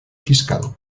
fiscal